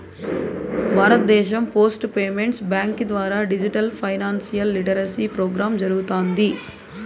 భారతదేశం post payments బ్యాంకీ ద్వారా డిజిటల్ ఫైనాన్షియల్ లిటరసీ ప్రోగ్రామ్ జరగతాంది